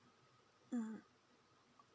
mm